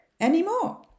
anymore